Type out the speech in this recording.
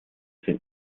sind